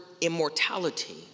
immortality